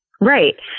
Right